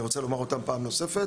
ואני רוצה לומר אותם פעם נוספת.